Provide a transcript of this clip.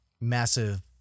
massive